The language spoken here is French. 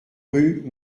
rue